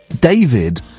David